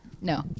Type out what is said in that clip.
No